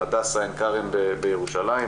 הדסה עין כרם בירושלים,